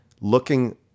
looking